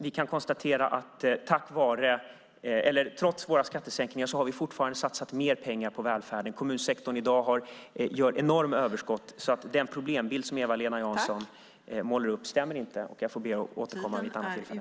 Vi kan konstatera att trots våra skattesänkningar har vi fortfarande satsat mer pengar på välfärden. Kommunsektorn i dag gör enorma överskott, så den problembild som Eva-Lena Jansson målar upp stämmer inte. Jag ber att få återkomma vid ett annat tillfälle.